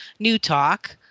Newtalk